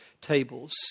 tables